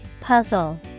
Puzzle